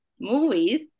movies